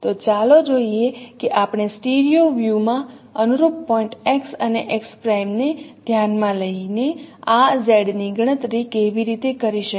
તો ચાલો જોઈએ કે આપણે સ્ટીરિયો વ્યૂ માં અનુરૂપ પોઇન્ટ x અને x 'ને ધ્યાનમાં લઈને આ z ની ગણતરી કેવી રીતે કરી શકીએ